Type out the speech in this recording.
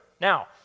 Now